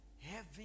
heaven